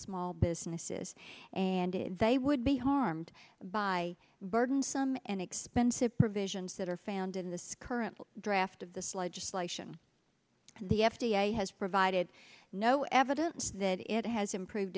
small businesses and did they would be harmed by burdensome and expensive provisions that are found in this current draft of this legislation and the f d a has provided no evidence that it has improved